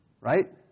right